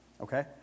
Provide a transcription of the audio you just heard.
okay